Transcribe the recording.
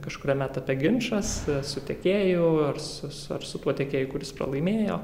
kažkuriame etape ginčas su tiekėju ar su su tuo tiekėju kuris pralaimėjo